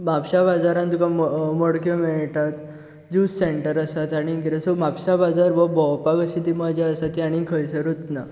म्हापश्या बाजारांत तुका मडक्यो मेळटात जूस सँटर आसात आनी कितें सो म्हापसा बाजार हो भोंवपाक अशी जी मजा आसा ती आनी खंयसरूच ना